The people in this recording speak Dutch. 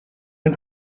een